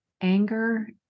anger